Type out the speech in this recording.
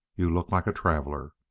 you look like a traveller